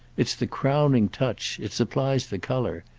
it's the crowning touch it supplies the colour.